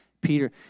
Peter